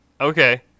Okay